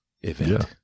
event